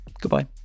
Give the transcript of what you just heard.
Goodbye